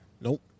Nope